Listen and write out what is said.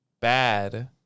bad